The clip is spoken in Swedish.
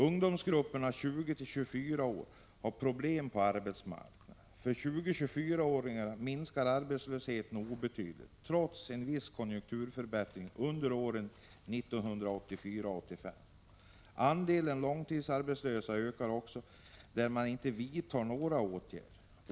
Ungdomar i gruppen 20-24 år har problem på arbetsmarknaden. För dem minskar arbetslösheten obetydligt trots en viss konjunkturförbättring under åren 1984 och 1985. Andelen långtidsarbetslösa ökar också om man inte vidtar några åtgärder.